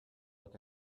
look